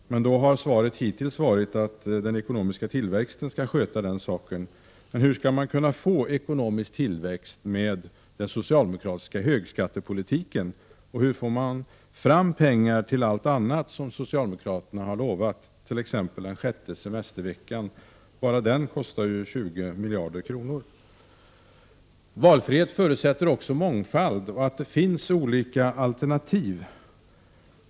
Svaret har hittills varit att den ekonomiska tillväxten skall sköta den saken. Men hur skall man kunna få ekonomisk tillväxt med den socialdemokratiska högskattepolitiken, och hur får man fram pengar till allt annat som socialdemokraterna har lovat, t.ex. den sjätte semesterveckan? Bara den kostar 20 miljarder kronor. Valfrihet förutsätter också mångfald och att det finns olika alternativ.